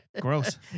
Gross